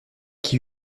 qui